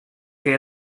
que